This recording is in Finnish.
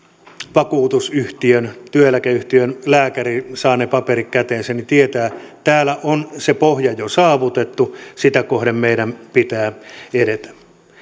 vakuutusyhtiön työeläkeyhtiön lääkäri saa ne paperit käteensä niin tietää että täällä on se pohja jo saavutettu sitä kohden meidän pitää edetä